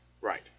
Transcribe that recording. Right